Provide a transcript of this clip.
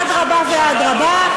אדרבה ואדרבה,